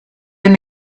and